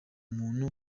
muntu